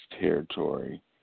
territory